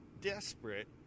desperate